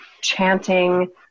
chanting